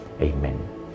Amen